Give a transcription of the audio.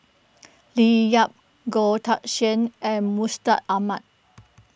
Leo Yip Goh Teck Sian and Mustaq Ahmad